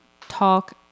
talk